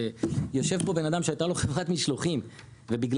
יושב פה בן אדם שהייתה לו חברת משלוחים ובגלל,